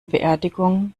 beerdigung